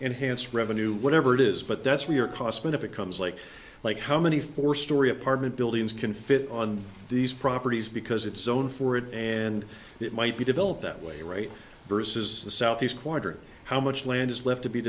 enhanced revenue whatever it is but that's where your cost benefit comes like like how many four storey apartment buildings can fit on these properties because it's zone for it and it might be developed that way right versus the southeast quarter how much land is left to be